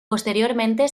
posteriormente